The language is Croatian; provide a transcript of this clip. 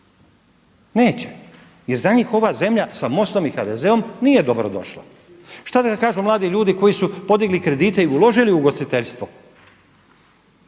neće jer za njih ova zemlja sa MOST-om i HDZ-om nije dobro došla. Šta da kažu mladi ljudi koji su podigli kredite i uložili u ugostiteljstvo